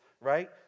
right